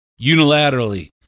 unilaterally